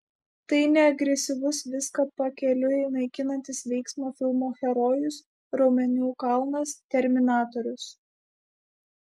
tai ne agresyvus viską pakeliui naikinantis veiksmo filmų herojus raumenų kalnas terminatorius